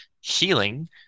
healing